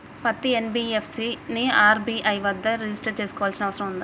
పత్తి ఎన్.బి.ఎఫ్.సి ని ఆర్.బి.ఐ వద్ద రిజిష్టర్ చేసుకోవాల్సిన అవసరం ఉందా?